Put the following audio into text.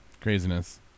craziness